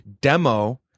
demo